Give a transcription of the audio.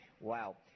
wow